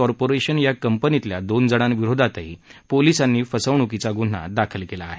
corporation या कंपनीतल्या दोन जणांविरोधातही पोलीसांनी फसवुकीचा गुन्हा दाखल केला आहे